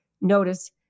notice